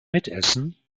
mitessen